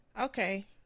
Okay